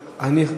אה,